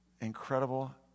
incredible